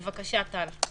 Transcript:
בבקשה, טל.